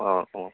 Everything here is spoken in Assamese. অঁ অঁ